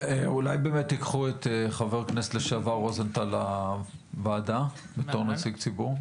אולי באמת תיקחו את חבר הכנסת לשעבר רוזנטל לוועדה בתוך נציג ציבור?